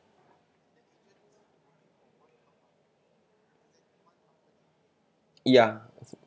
yeah